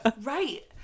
Right